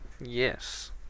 Yes